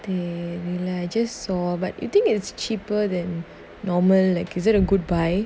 mmhmm largest saw but you think it's cheaper than normal like is it a good buy